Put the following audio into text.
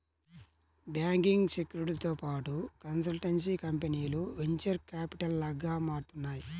banking, సెక్యూరిటీలతో పాటు consultancy కంపెనీలు వెంచర్ క్యాపిటల్గా మారుతున్నాయి